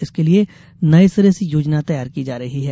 इसके लिये नये सिरे से योजना तैयार की जा रही है